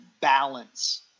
balance